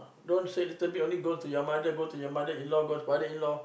don't say little bit only go to your mother go to your mother-in-law go father-in-law